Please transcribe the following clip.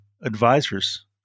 advisors